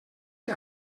que